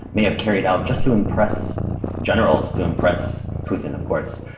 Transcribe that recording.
may have carried out, just to impress generals, to impress putin, of course.